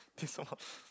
this small